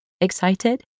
Excited